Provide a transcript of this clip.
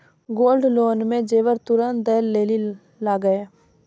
Gold loan मे जेबर तुरंत दै लेली लागेया?